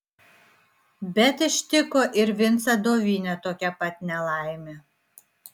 bet ištiko ir vincą dovinę tokia pat nelaimė